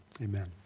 amen